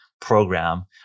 program